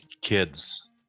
kids